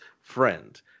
friend